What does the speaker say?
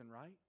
right